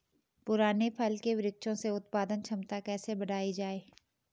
पुराने फल के वृक्षों से उत्पादन क्षमता कैसे बढ़ायी जाए?